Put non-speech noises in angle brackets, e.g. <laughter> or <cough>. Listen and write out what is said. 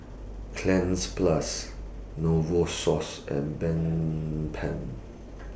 Cleanz Plus Novosource and <unintelligible>